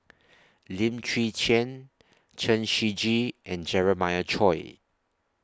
Lim Chwee Chian Chen Shiji and Jeremiah Choy